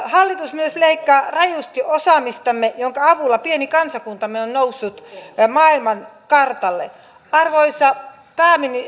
hallitus myös leikkaa rajusti osaamistamme jonka avulla pieni kansakuntamme on noussut ja maailman kartalle valkoisen äänen maailmankartalle